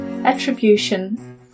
attribution